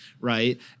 right